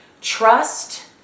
trust